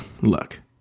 look